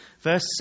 Verse